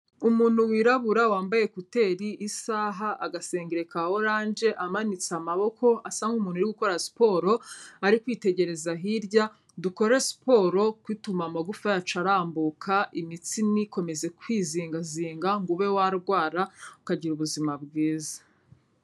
Umuntu wirabura, wambaye ekuteri, isaha, agasengere ka oranje, amanitse amaboko, asa nk'umuntu uri gukora siporo, ari kwitegereza hirya. Dukore siporo kuko ituma amagufa yacu arambuka, imitsi ntikomeze kwizingazinga ngo ube warwara, ukagira ubuzima bwiza.